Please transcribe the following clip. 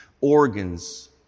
organs